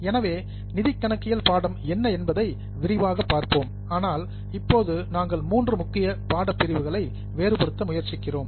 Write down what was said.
எனவே நிதி கணக்கியல் பாடம் என்னவென்பதை விரிவாக பார்ப்போம் ஆனால் இப்போது நாங்கள் மூன்று முக்கிய பாடப் பிரிவுகளை வேறுபடுத்த முயற்சிக்கிறோம்